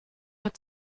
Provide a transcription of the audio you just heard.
hat